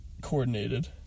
coordinated